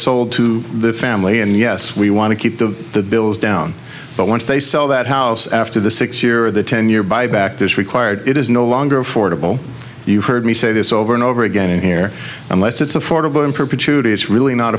sold to the family and yes we want to keep the bills down but once they sell that house after the six year or the ten year buyback this required it is no longer affordable you heard me say this over and over again in here unless it's affordable in perpetuity it's really not